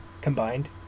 combined